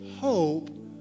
hope